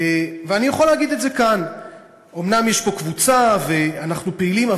ואני יכול להגיד את זה כאן: אומנם יש פה קבוצה ואנחנו פעילים,